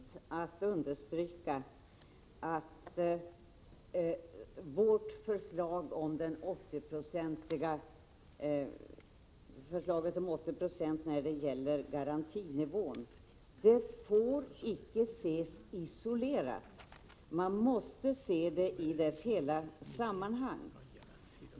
Herr talman! Det är viktigt, Margareta Persson, att understryka att vårt förslag om 80 26 som kompensationsnivå icke får ses isolerat. Man måste se det i dess hela sammanhang.